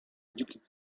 dzikich